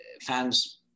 fans